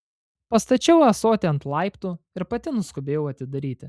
pastačiau ąsotį ant laiptų ir pati nuskubėjau atidaryti